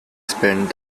spent